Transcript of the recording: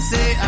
Say